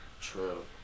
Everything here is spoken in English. true